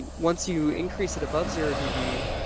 and once you increase it above zero db.